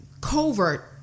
covert